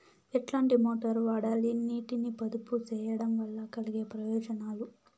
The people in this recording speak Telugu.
ఎట్లాంటి మోటారు వాడాలి, నీటిని పొదుపు సేయడం వల్ల కలిగే ప్రయోజనాలు?